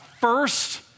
first